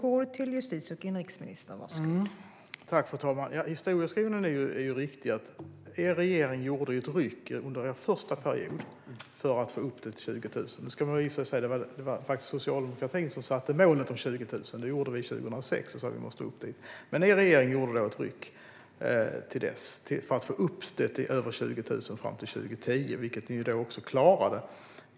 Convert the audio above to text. Fru talman! Historiebeskrivningen stämmer. Er regering gjorde ett ryck under er första period för att få upp antalet poliser till 20 000. Nu ska det sägas att det faktiskt var Socialdemokraterna som 2006 satte målet 20 000. Men er regering gjorde fram till dess ett ryck för att få upp antalet poliser till över 20 000 fram till 2010, vilket den också klarade.